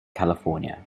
california